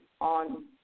on